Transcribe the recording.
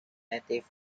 native